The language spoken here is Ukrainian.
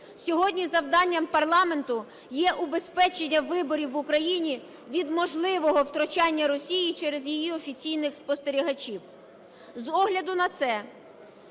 Сьогодні завданням парламенту є убезпечення виборів в Україні від можливого втручання Росії через її офіційних спостерігачів. З огляду на це